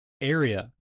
area